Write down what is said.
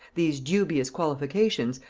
these dubious qualifications,